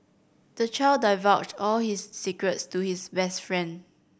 the child divulged all his secrets to his best friend